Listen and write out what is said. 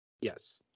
Yes